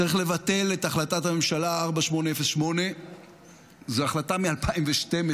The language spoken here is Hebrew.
צריך לבטל את החלטת הממשלה 4808. זו החלטה מ-2012.